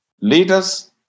leaders